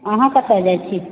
अहाँ कतऽ जाइ छी